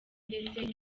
ndetse